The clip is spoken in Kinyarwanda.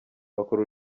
bakora